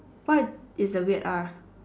what is the weird R